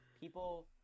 people